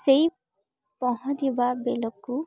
ସେଇ ପହଁରିଥିବା ବେଳକୁ